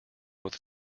with